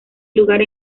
lugar